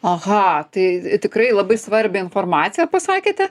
aha tai tikrai labai svarbią informaciją pasakėte